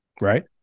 right